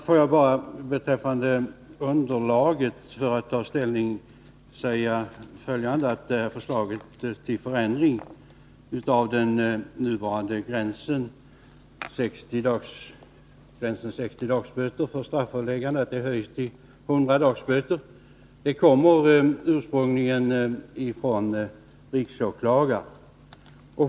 Herr talman! Beträffande underlaget för att ta ställning vill jag säga: Förslaget till ändring av den nuvarande gränsen för strafföreläggande från 60 till 100 dagsböter kommer ursprungligen från riksåklagaren.